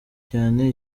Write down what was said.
cyane